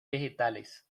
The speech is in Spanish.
vegetales